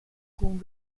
kun